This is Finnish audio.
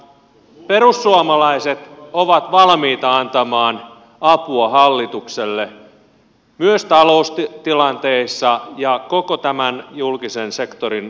perussuomalaiset ovat valmiita antamaan apua hallitukselle myös taloustilanteissa ja koko tämän julkisen sektorin kuvioissa